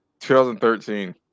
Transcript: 2013